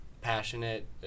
passionate